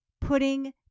putting